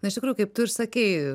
na iš tikrųjų kaip tu ir sakei